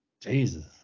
Jesus